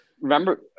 remember